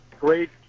great